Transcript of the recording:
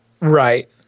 Right